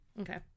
okay